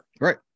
Right